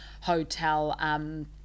hotel